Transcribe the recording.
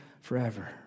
forever